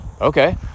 Okay